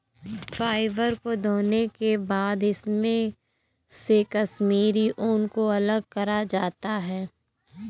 fibre को धोने के बाद इसमे से कश्मीरी ऊन को अलग करा जाता है